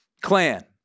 clan